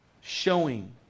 Showing